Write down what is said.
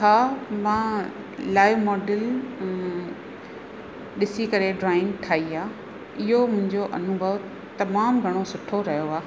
हा मां live model ॾिसी करे ड्राइंग ठाही आहे इहो मुंहिंजो अनुभव तमामु घणो सुठो रहियो आहे